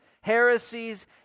heresies